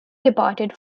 departed